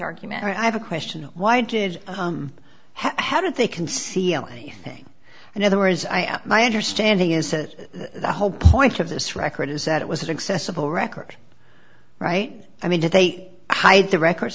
argument and i have a question why did how did they conceal anything and other words i my understanding is that the whole point of this record is that it was a successful record right i mean did they hide the records